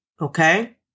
okay